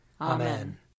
Amen